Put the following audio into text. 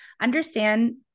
understand